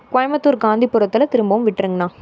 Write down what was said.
கோயம்புத்தூர் காந்திபுரத்தில் திரும்பவும் விட்டுருங்ணா